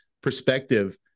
perspective